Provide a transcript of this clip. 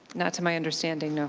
not to my understanding, ah